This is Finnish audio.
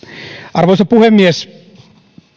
arvoisa puhemies